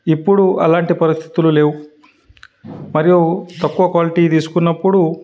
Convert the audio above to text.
ఇప్పుడు అలాంటి పరిస్థితులు లేవు మరియు తక్కువ క్వాలిటీ తీసుకున్నప్పుడు